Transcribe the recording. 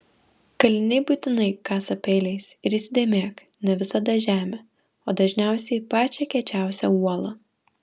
kaliniai būtinai kasa peiliais ir įsidėmėk ne visada žemę o dažniausiai pačią kiečiausią uolą